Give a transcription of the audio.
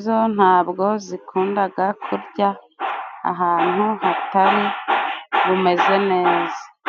zo ntabwo zikundaga kurya ahantu hatari ubumeze neza.